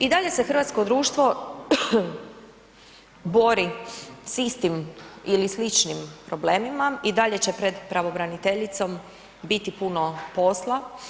I dalje se hrvatsko društvo bori s istim ili sličnim problemima, i dalje će pred pravobraniteljicom biti puno posla.